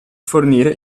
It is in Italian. fornire